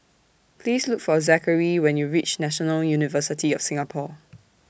Please Look For Zakary when YOU REACH National University of Singapore